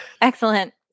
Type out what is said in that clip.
excellent